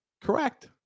Correct